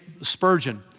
Spurgeon